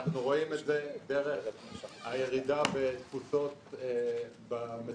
אנחנו רואים את זה דרך הירידה בתפוסות במטוסים,